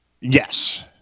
Yes